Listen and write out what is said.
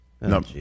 No